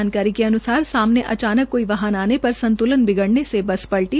जानकारी के अन्सार सामने अचानक कोई वाहन आने पर संत्लन बिगड़ने से बस पटली